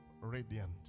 radiant